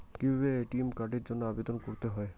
কিভাবে এ.টি.এম কার্ডের জন্য আবেদন করতে হয়?